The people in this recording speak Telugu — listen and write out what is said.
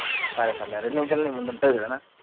సరే సర్లే రెండు నిమిషాలలో నీ ముందు ఉంటాను చూడన్న